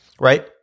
right